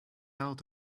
out